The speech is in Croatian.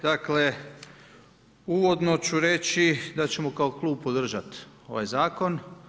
Dakle, uvodno ću reći da ćemo kao klub podržati ovaj zakon.